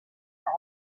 are